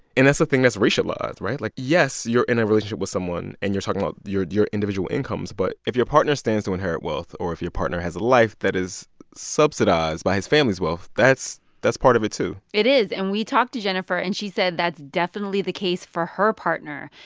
and that's a thing that's racialized, right? like, yes, you're in a relationship with someone, and you're talking about your your individual incomes. but if your partner stands to inherit wealth or if your partner has a life that is subsidized by his family's wealth, that's that's part of it, too it is. and we talked to jennifer, and she said that's definitely the case for her partner.